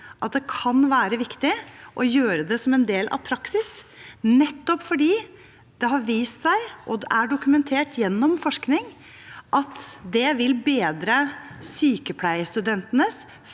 at det kan være viktig å gjøre det som en del av praksis, for det har vist seg og er dokumentert gjennom forskning at det vil bedre sykepleierstudentenes